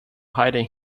hiding